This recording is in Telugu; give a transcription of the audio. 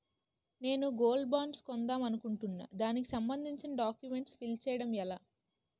నేను గోల్డ్ బాండ్స్ కొందాం అనుకుంటున్నా దానికి సంబందించిన డాక్యుమెంట్స్ ఫిల్ చేయడం ఎలా?